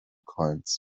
coins